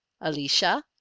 Alicia